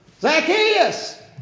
Zacchaeus